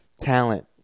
talent